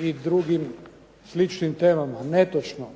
i drugim sličnim temama." Netočno.